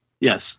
Yes